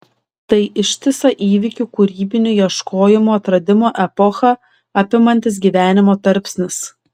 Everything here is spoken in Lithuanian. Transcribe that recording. tai ištisą įvykių kūrybinių ieškojimų atradimų epochą apimantis gyvenimo tarpsnis